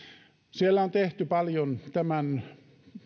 siellä on tehty paljon tämän